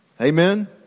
Amen